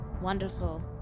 Wonderful